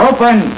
Open